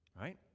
right